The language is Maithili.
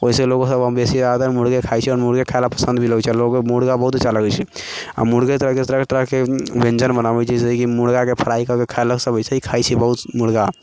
ओइसँ लोग सभ बेसी अब मुर्गे खाइ छै आओर मुर्गे खाइ लअ पसन्द भी करै छै लोग आब मुर्गा बहुत अच्छा लगै छै आओर मुर्गे तरहके तरह तरहके व्यञ्जन बनाबै छै जैसे कि मुर्गा के फ्राइ कऽ कऽ खाइ लए सभ होइ छै खाइ छै बहुत मुर्गा